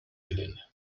jedyny